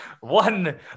One